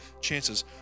chances